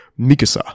Mikasa